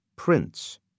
Prince